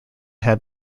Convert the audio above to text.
had